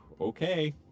Okay